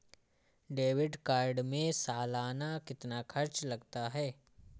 Debit card में सालाना कितना खर्च लगता है?